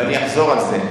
ואני אחזור על זה.